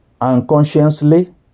unconsciously